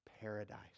paradise